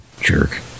Jerk